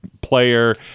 player